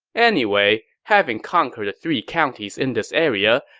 anyway, having conquered the three counties in this area,